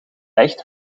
echt